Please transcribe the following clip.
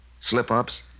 slip-ups